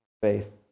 faith